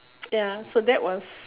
ya so that was